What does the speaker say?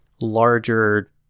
larger